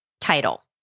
title